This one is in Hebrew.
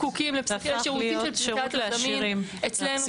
זקוקים לשירותים של פסיכיאטר זמין אצלנו.